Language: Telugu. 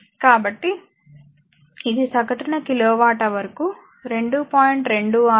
కాబట్టి ఇది సగటున కిలో వాట్ హవర్కు 2